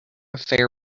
affair